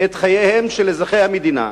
את חייהם של אזרחי המדינה,